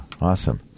awesome